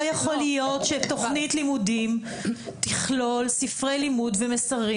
לא יכול להיות שתוכנית לימודים תכלול ספרי לימוד ומסרים